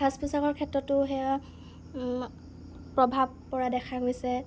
সাজ পোচাকৰ ক্ষেত্ৰতো সেয়া প্ৰভাৱ পৰা দেখা গৈছে